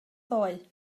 ddoe